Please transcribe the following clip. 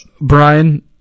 Brian